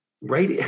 right